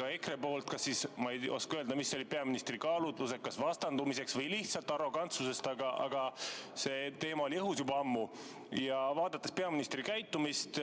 ka EKRE [hoiatas]. Ma ei oska öelda, mis olid peaministri kaalutlused, kas vastandumine või lihtsalt arrogantsus, aga see teema oli õhus juba ammu. Vaadates peaministri käitumist,